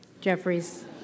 Jeffries